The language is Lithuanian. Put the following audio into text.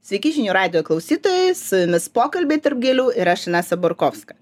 sveiki žinių radijo klausytojai su jumis pokalbiai tarp gėlių ir aš inesa borkovska